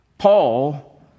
Paul